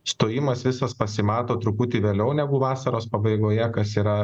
stojimas visas pasimato truputį vėliau negu vasaros pabaigoje kas yra